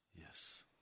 Yes